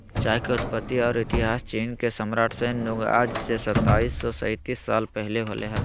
चाय के उत्पत्ति और इतिहासचीनके सम्राटशैन नुंगआज से सताइस सौ सेतीस साल पहले होलय हल